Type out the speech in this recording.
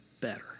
better